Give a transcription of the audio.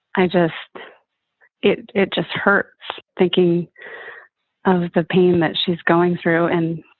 i just it it just hurt thinking of the pain that she's going through. and,